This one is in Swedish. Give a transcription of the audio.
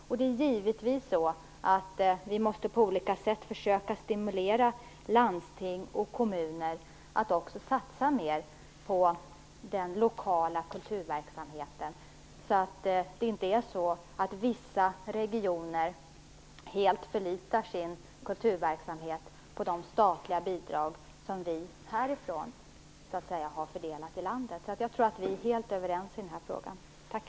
Vi måste givetvis på olika sätt försöka stimulera landsting och kommuner att satsa mer på den lokala kulturverksamheten så att inte vissa regioner helt förlitar sin kulturverksamhet på de statliga bidrag som vi härifrån har fördelat i landet. Jag tror att vi är helt överens i den här frågan. Tack.